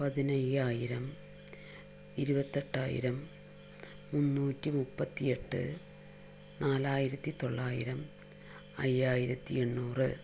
പതിനയ്യായിരം ഇരുപത്തെട്ടായിരം മുന്നൂറ്റി മുപ്പത്തി എട്ട് നാലായിരത്തി തൊള്ളായിരം അയ്യായിരത്തി എണ്ണൂറ്